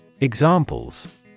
examples